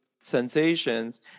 sensations